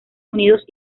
unidos